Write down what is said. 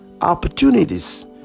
Opportunities